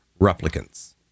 replicants